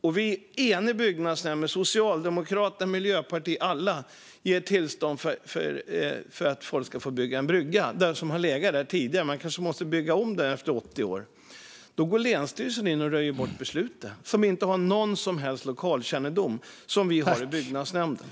En enig byggnadsnämnd med Socialdemokraterna, Miljöpartiet, alla, vill ge tillstånd för att folk ska få bygga en brygga där det har legat en brygga tidigare. Man kanske måste bygga om den efter 80 år. Men då går länsstyrelsen, som till skillnad från oss i byggnadsnämnden inte har någon som helst lokalkännedom, in och röjer bort beslutet.